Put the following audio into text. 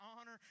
honor